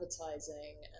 advertising